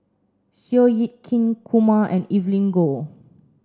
Seow Yit Kin Kumar and Evelyn Goh